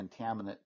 contaminant